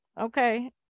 okay